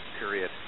period